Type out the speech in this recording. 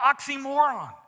oxymoron